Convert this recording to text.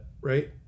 right